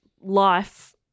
life